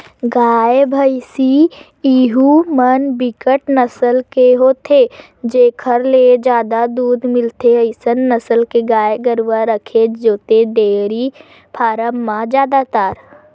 गाय, भइसी यहूँ म बिकट नसल के होथे जेखर ले जादा दूद मिलथे अइसन नसल के गाय गरुवा रखे जाथे डेयरी फारम म जादातर